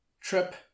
Trip